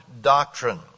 doctrine